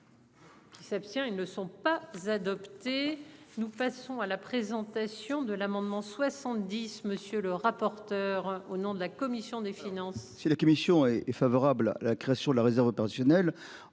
Qui s'abstient. Ils ne sont pas adoptés. Nous passons à la présentation de l'amendement 70 monsieur le rapporteur. Au nom de la commission des finances. Si la commission et est favorable à la création de la réserve opérationnelle,